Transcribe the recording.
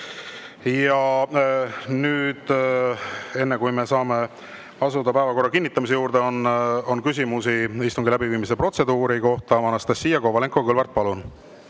välja. Enne kui me saame asuda päevakorra kinnitamise juurde, on küsimusi istungi läbiviimise protseduuri kohta. Anastassia Kovalenko-Kõlvart, palun!